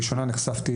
אני לראשונה נחשפתי.